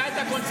זה היה.